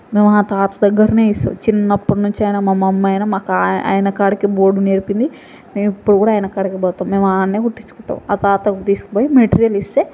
మేము ఆ తాత దగ్గరనే ఇస్తాము చిన్నప్పటి నుంచి ఆయన మా మమ్మి అయినా మా ఆయన కాడికే పోవడం నేర్పింది మేము ఇప్పుడు కూడా ఆయన కాడికే పోతాము మేము ఆడనే కుట్టించుకుంటాము ఆ తాతకి తీసుకుపోయి మెటీరియల్ ఇస్తే